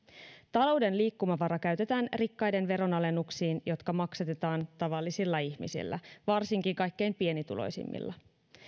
talouden liikkumavara käytetään rikkaiden veronalennuksiin jotka maksatetaan tavallisilla ihmisillä varsinkin kaikkein pienituloisimmilla